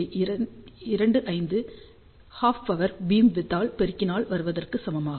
25 ஐ half power பீம்விட்த்தால் பெருக்கினால் வருவதற்கு சமமாகும்